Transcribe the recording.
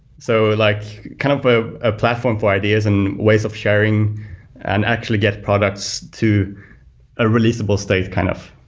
so, like kind of ah a platform for ideas and ways of sharing and actually get products to a releasable state kind of